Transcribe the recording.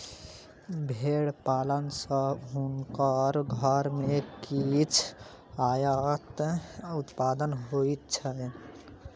भेड़ पालन सॅ हुनकर घर में किछ आयक उत्पादन होइत छैन